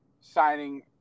signing